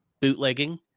bootlegging